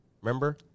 remember